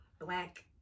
black